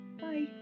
Bye